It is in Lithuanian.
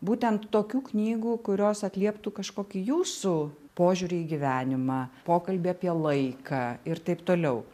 būtent tokių knygų kurios atlieptų kažkokį jūsų požiūrį į gyvenimą pokalbį apie laiką ir taip toliau